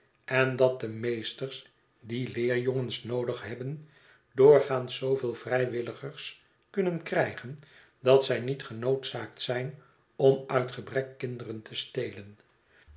en dat de meesters die leerjongens noodig hebben doorgaans zooveel vrijwilligers kunnen krijgen dat zij niet genoodzaakt zijn om uit gebrek kinderen te stelen